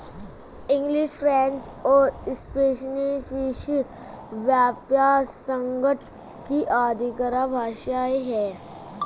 English, French और Spanish विश्व व्यापार संगठन की आधिकारिक भाषाएं है